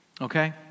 Okay